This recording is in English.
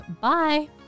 bye